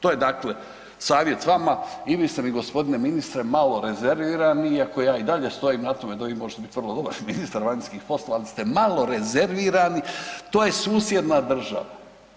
To je dakle savjet vama i vi ste mi gospodine ministre malo rezervirani iako ja i dalje stojim na tome da vi možete biti vrlo dobar ministar vanjskih poslova, ali ste malo rezervirani, to je susjedna država.